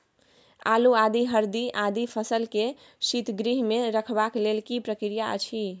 आलू, आदि, हरदी आदि फसल के शीतगृह मे रखबाक लेल की प्रक्रिया अछि?